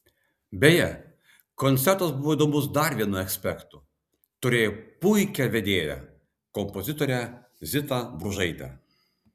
beje koncertas buvo įdomus dar vienu aspektu turėjo puikią vedėją kompozitorę zitą bružaitę